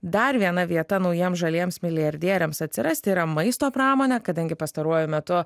dar viena vieta naujiems žaliems milijardieriams atsirasti yra maisto pramonė kadangi pastaruoju metu